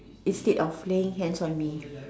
instead of laying hands on me